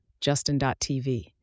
Justin.tv